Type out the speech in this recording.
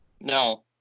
No